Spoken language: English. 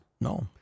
No